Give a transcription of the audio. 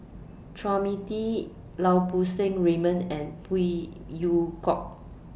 Chua Mia Tee Lau Poo Seng Raymond and Phey Yew Kok